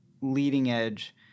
leading-edge